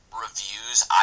reviews